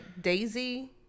Daisy